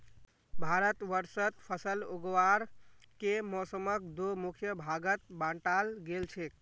भारतवर्षत फसल उगावार के मौसमक दो मुख्य भागत बांटाल गेल छेक